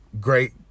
great